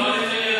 לא ענית לי על,